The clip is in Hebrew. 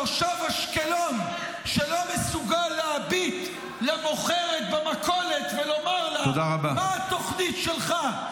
תושב אשקלון שלא מסוגל להביט למוכרת במכולת ולומר לה מה התוכנית שלך,